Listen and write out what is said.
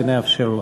ונאפשר לו.